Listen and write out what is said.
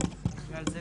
הנגשה